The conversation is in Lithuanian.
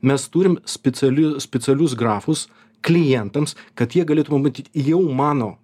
mes turim speciali specialius grafus klientams kad jie galėtų pamatyt jau mano